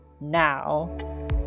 now